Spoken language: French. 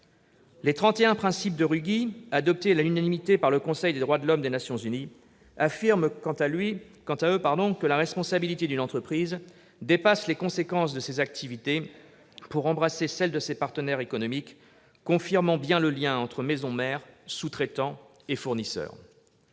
Les 31 principes de Ruggie, adoptés à l'unanimité par le Conseil des droits de l'homme des Nations unies, affirment que la responsabilité d'une entreprise dépasse les conséquences de ses activités pour embrasser celles de ses partenaires économiques, confirmant ainsi le lien entre maison mère, sous-traitants et fournisseurs.